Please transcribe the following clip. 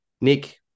Nick